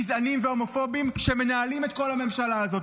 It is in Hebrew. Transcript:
גזעניים והומופובים שמנהלים את כל הממשלה הזו.